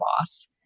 boss